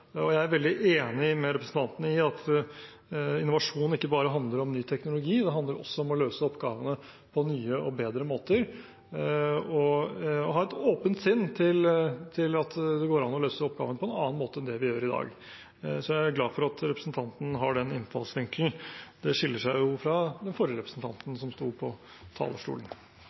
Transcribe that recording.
Jeg er veldig enig med representanten i at innovasjon ikke bare handler om ny teknologi, det handler også om å løse oppgavene på nye og bedre måter og ha et åpent sinn til at det går an å løse oppgavene på en annen måte enn det vi gjør i dag. Jeg er glad for at representanten har den innfallsvinkelen. Det skiller seg jo fra den forrige representanten som sto på talerstolen.